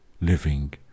living